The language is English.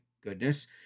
goodness